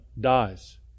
dies